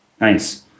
Nice